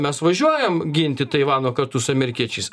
mes važiuojam ginti taivano kartu su amerikiečiais